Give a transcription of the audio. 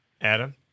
Adam